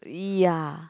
ya